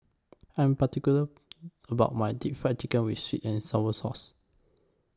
I'm particular about My Deep Fried Fish with Sweet and Sour Sauce